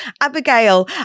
Abigail